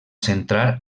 centrar